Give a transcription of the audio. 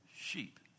Sheep